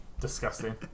disgusting